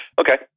Okay